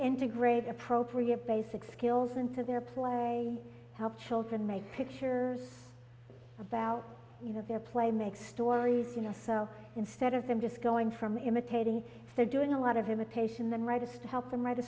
enter grade appropriate basic skills into their play help children make picture about you know their play make stories you know so instead of them just going from imitating they're doing a lot of imitation then rightists help them write a